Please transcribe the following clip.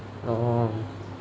orh